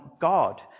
God